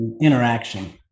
interaction